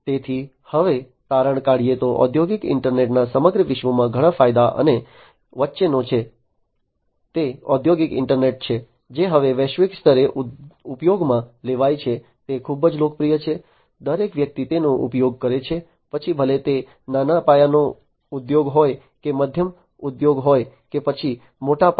તેથી હવે તારણ કાઢીએ તો ઔદ્યોગિક ઈન્ટરનેટના સમગ્ર વિશ્વમાં ઘણા ફાયદા અને વચનો છે તે ઔદ્યોગિક ઈન્ટરનેટ છે જે હવે વૈશ્વિક સ્તરે ઉપયોગમાં લેવાય છે તે ખૂબ જ લોકપ્રિય છે દરેક વ્યક્તિ તેનો ઉપયોગ કરે છે પછી ભલે તે નાના પાયાનો ઉદ્યોગ હોય કે મધ્યમ ઉદ્યોગ હોય કે પછી મોટા પાયે